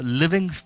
living